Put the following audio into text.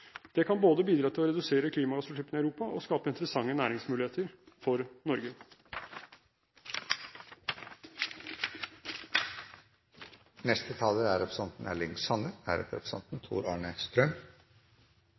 Det kan bidra til å redusere klimagassutslippene i Europa og skape interessante næringsmuligheter for